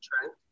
trend